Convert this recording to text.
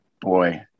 boy